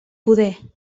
poder